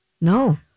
No